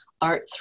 Art